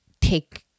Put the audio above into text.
take